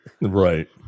right